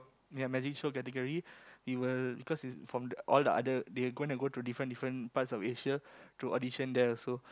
ya magic show category we will because is from all the other they going to go through different different part of Asia to audition there also